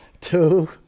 Two